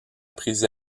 prise